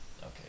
Okay